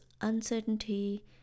uncertainty